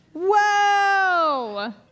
Whoa